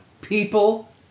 People